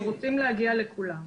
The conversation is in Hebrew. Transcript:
אנחנו רוצים להגיע אל כולם.